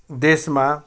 देशमा